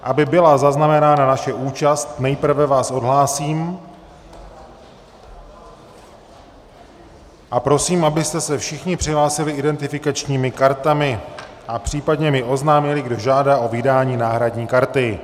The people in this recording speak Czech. Aby byla zaznamenána naše účast, nejprve vás odhlásím a prosím, abyste se všichni přihlásili identifikačními kartami a případně mi oznámili, kdo žádá o vydání náhradní karty.